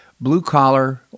blue-collar